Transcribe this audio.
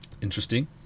Interesting